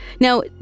Now